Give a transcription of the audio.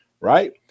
Right